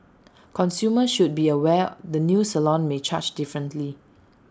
consumers should be aware the new salon may charge differently